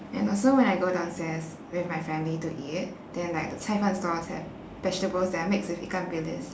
and also when I go downstairs with my family to eat then like the cai fan stores have vegetables that are mixed with ikan bilis